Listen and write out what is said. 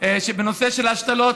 בנושא ההשתלות,